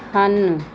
ਹਨ